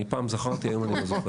אני פעם זכרתי, היום אני לא זוכר.